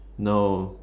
no